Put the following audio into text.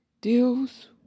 deals